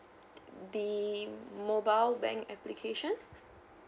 be mobile bank application